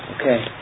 okay